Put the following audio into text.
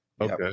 Okay